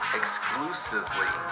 exclusively